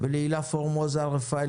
ולהילה פורמוזה רפאל,